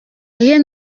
rien